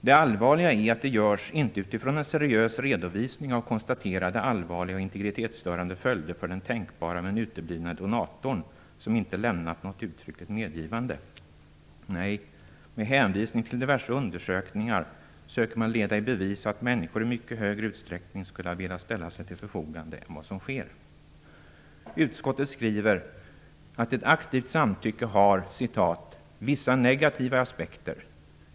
Det allvarliga är att det inte görs utifrån en seriös redovisning av konstaterade allvarliga och integritetsstörande följder för den tänkbara men uteblivna donatorn, som inte lämnat något uttryckligt medgivande. Nej, med hänvisning till diverse undersökningar söker man leda i bevis att människor i mycket högre utsträckning än vad som sker skulle ha velat ställa sig till förfogande. Utskottet skriver att ett aktivt samtycke har "vissa negativa aspekter.